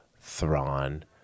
Thrawn